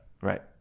right